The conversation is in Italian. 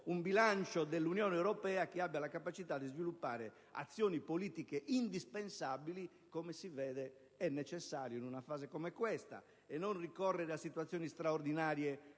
un bilancio dell'Unione europea che abbia la capacità di sviluppare azioni politiche indispensabili e necessarie in una fase come questa, senza ricorrere a interventi straordinari